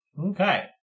Okay